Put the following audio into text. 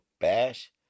Bash